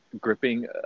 gripping